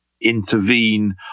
intervene